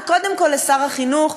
וקודם כול לשר החינוך,